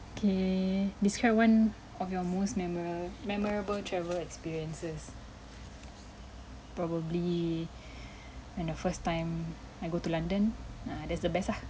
okay describe one of your most memora~ memorable travel experiences probably when the first time I go to london ah that's the best ah